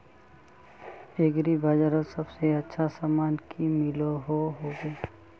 Agri बजारोत सबसे अच्छा सामान की मिलोहो होबे?